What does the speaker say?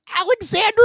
Alexander